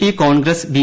P Congress B